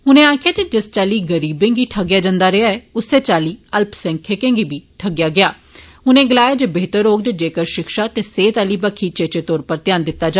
उनें आक्खेआ जे जिस चाल्ली गरीबें गी ठगेआ जंदा रेहा उस्सै चाल्ली अल्पसंख्यकें गी बी ठगेआ गेआ गेआ उनें गलाया जे बेहतर होग जेकर शिक्षा ते सेहत आली बक्खी चेचे तौरा पर ध्यान दित्ता जा